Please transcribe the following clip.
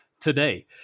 today